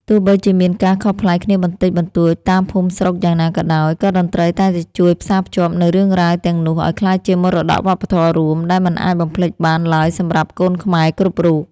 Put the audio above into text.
ទោះបីជាមានការខុសប្លែកគ្នាបន្តិចបន្តួចតាមភូមិស្រុកយ៉ាងណាក៏ដោយ ក៏តន្ត្រីតែងតែជួយផ្សារភ្ជាប់នូវរឿងរ៉ាវទាំងនោះឱ្យក្លាយជាមរតកវប្បធម៌រួម ដែលមិនអាចបំភ្លេចបានឡើយសម្រាប់កូនខ្មែរគ្រប់រូប។